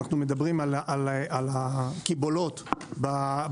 אנו מדברים על הקיבולות ברציפים,